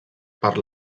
per